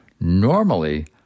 Normally